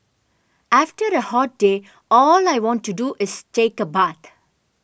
after a hot day all I want to do is take a bath